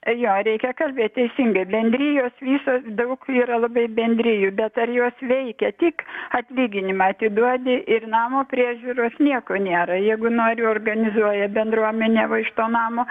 jo reikia kalbėt teisingai bendrijos visos daug yra labai bendrijų bet ar jos veikia tik atlyginimą atiduodi ir namo priežiūros nieko nėra jeigu nori organizuoja bendruomenė va iš to namo